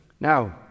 Now